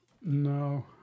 No